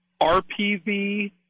RPV